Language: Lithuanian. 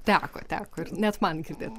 teko teko net man girdėt